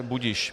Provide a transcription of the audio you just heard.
Budiž.